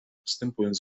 wstępując